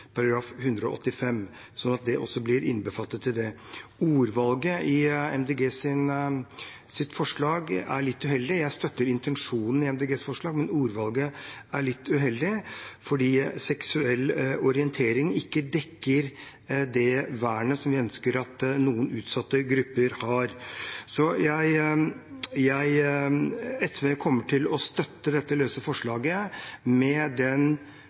185 osv., sånn at det også blir innbefattet i det. Ordvalget i Miljøpartiet De Grønnes forslag er litt uheldig. Jeg støtter intensjonen i Miljøpartiet De Grønnes forslag, men ordvalget er litt uheldig fordi «seksuell orientering» ikke dekker det vernet som vi ønsker at noen utsatte grupper har. SV kommer til å støtte dette løse forslaget, med den